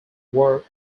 war